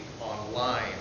online